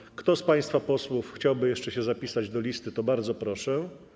Jeśli ktoś z państwa posłów chciałby jeszcze się dopisać do listy, to bardzo proszę.